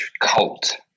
cult